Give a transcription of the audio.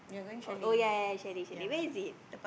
oh ya ya chalet chalet where is it